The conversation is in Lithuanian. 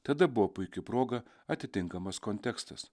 tada buvo puiki proga atitinkamas kontekstas